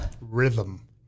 Rhythm